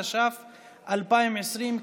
התש"ף 2020,